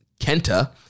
Kenta